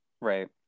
Right